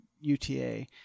UTA